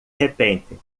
repente